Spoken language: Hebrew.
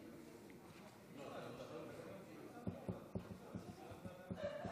להלן תוצאות ההצבעה: בעד, 46, נגד,